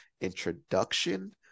introduction